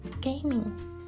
gaming